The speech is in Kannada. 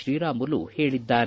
ಶ್ರೀರಾಮುಲು ಹೇಳಿದ್ದಾರೆ